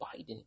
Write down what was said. Biden